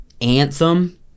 anthem